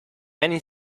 many